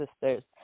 sisters